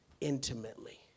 intimately